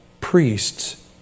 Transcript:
priests